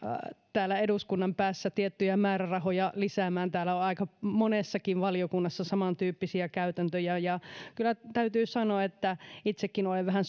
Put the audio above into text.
täällä eduskunnan päässä tiettyjä määrärahoja lisäämään täällä on aika monessakin valiokunnassa samantyyppisiä käytäntöjä ja kyllä täytyy sanoa että itsekin olen vähän